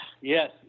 yes